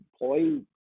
employee